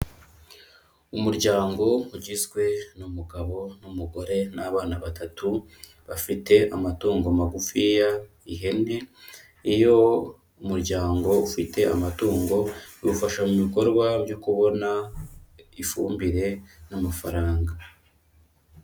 Umuryango ugizwe n'umugabo n'umugore n'abana batatu, bafite amatungo magufi , ihembe, iyo umuryango ufite amatungo, biwufasha mu bikorwa byo kubona ifumbire n'amafaranga.